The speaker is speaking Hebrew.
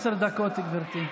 עשר דקות, גברתי.